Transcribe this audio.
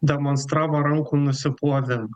demonstravo rankų nusiplovimą